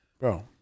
Bro